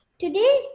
Today